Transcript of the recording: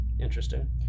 interesting